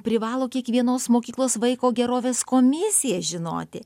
privalo kiekvienos mokyklos vaiko gerovės komisija žinoti